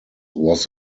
was